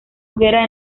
hoguera